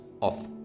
off